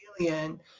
alien